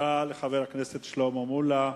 תודה לחבר הכנסת שלמה מולה.